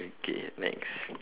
okay next